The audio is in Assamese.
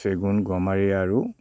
চেগুন গমাৰি আৰু